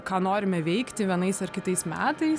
ką norime veikti vienais ar kitais metais tu taip